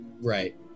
Right